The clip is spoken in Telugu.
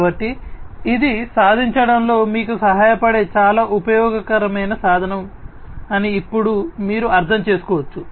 కాబట్టి ఇది సాధించడంలో మీకు సహాయపడే చాలా ఉపయోగకరమైన సాధనం అని ఇప్పుడు మీరు అర్థం చేసుకోవచ్చు